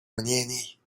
мнений